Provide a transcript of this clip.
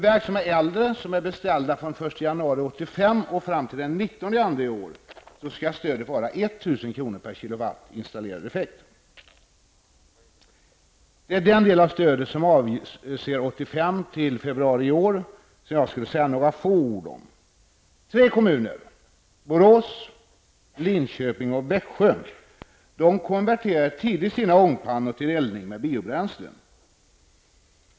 Det är den del av stödet som avser tiden från 1985 till februari i år som jag skulle vilja säga några få ord om. Tre kommuner Borås, Linköping, och Växjö konverterade tidigt sina ångpannor till eldning med biobränslen.